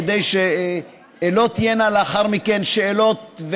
כדי שלא תהיינה לאחר מכן שאלות,